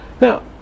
Now